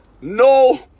no